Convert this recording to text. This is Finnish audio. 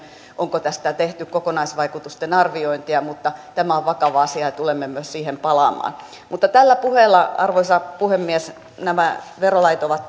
onko tästä tehty kokonaisvaikutusten arviointia mutta tämä on vakava asia ja tulemme myös siihen palaamaan mutta tällä puheella arvoisa puhemies nämä verolait ovat